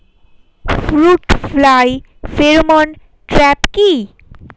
Fruit fly pheromone trap কি?